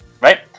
Right